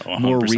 more